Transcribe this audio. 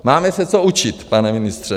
Máme se co učit, pane ministře.